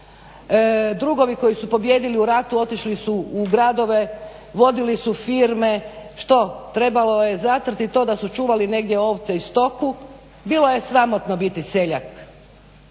Drugovi koji su pobijedili u ratu otišli u gradove, vodili su firme. Što trebalo je zatrti to da su čuvali negdje ovce i stoku? Bilo je sramotno biti seljak.